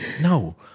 No